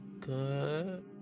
Good